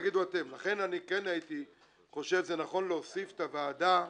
כן הייתי חושב שנכון להוסיף את הוועדה.